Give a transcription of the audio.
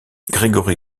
grégory